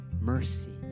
mercy